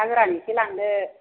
ना गोरान एसे लांदो